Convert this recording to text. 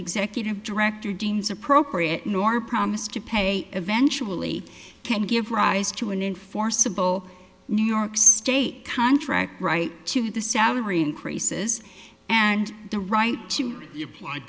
executive director deems appropriate nor promise to pay eventually can give rise to an enforceable new york state contract right to the salary increases and the right to